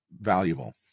valuable